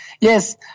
Yes